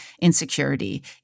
insecurity